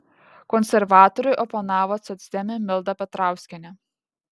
konservatoriui oponavo socdemė milda petrauskienė